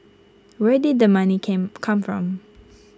where did the money came come from